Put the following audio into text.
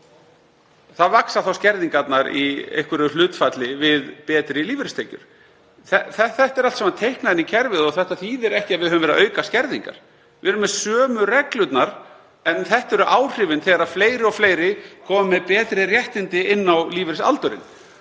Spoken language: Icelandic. á skerðingar? Skerðingarnar vaxa í einhverju hlutfalli við betri lífeyristekjur. Þetta er allt saman teiknað inn í kerfið og það þýðir ekki að við höfum verið að auka skerðingar. Við erum með sömu reglurnar en þetta eru áhrifin þegar fleiri og fleiri koma með betri réttindi inn á lífeyrisaldur.